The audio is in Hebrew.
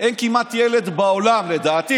מה לעשות?